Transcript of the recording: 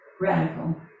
radical